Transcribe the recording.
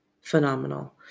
phenomenal